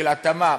של התאמה,